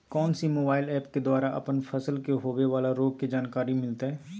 कौन सी mobile app के द्वारा अपन फसल के होबे बाला रोग के जानकारी मिलताय?